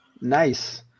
Nice